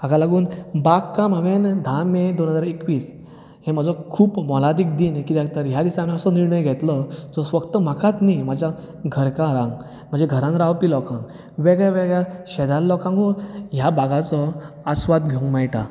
हाका लागून बाग काम हांवें धा मे दोन हजार एकवीस हें म्हजो खुब मोलादीक दिन किद्याक तर ह्या दिसां हांवें असो निर्णय घेतलो जो फक्त म्हाकात न्ही म्हज्या घरकारांक म्हज्या घरान रावपी लोकांक वेगळ्यां वेगळ्यां शेजार लोकांकुय ह्या बागाचो आस्वाद घेवंक मेळटा